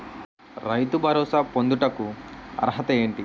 రైతు భరోసా పొందుటకు అర్హత ఏంటి?